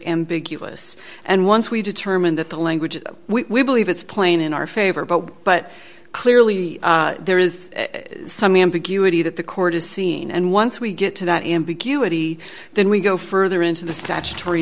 ambiguous and once we determine that the language we believe it's plain in our favor but but clearly there is some ambiguity that the court has seen and once we get to that ambiguity then we go further into the statutory